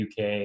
UK